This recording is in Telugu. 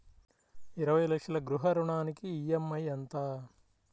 ఇరవై లక్షల గృహ రుణానికి ఈ.ఎం.ఐ ఎంత?